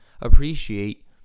appreciate